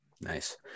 Nice